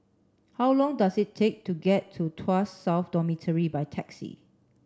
how long does it take to get to Tuas South Dormitory by taxi